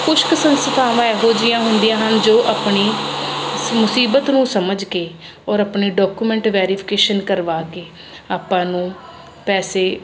ਕੁਛ ਕ ਸੰਸਥਾਵਾਂ ਇਹੋ ਜਿਹੀਆਂ ਹੁੰਦੀਆਂ ਹਨ ਜੋ ਆਪਣੀ ਮੁਸੀਬਤ ਨੂੰ ਸਮਝ ਕੇ ਔਰ ਆਪਣੇ ਡਾਕੂਮੈਂਟ ਵੈਰੀਫਿਕੇਸ਼ਨ ਕਰਵਾ ਕੇ ਆਪਾਂ ਨੂੰ ਪੈਸੇ